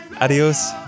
Adios